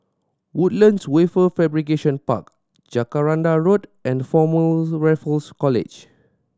Woodlands Wafer Fabrication Park Jacaranda Road and Former Raffles College